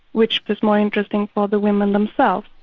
which was more interesting for the women themselves.